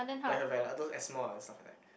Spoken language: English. like her lah those asthma or stuff like that